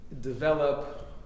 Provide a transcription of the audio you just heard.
develop